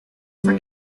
for